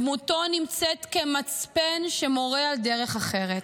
דמותו נמצאת כמצפן שמורה על דרך אחרת,